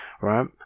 Right